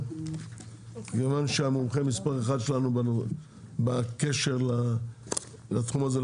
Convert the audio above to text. כיוון שהמומחה מספר אחד שלנו בקשר לתחום הזה,